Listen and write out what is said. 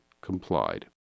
complied